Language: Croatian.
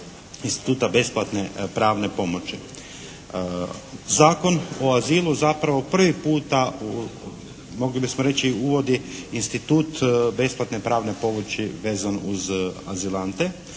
instituta besplatne pravne pomoći. Zakon o azilu zapravo prvi puta mogli bismo reći uvodi institut besplatne pravne pomoći vezano uz azilante.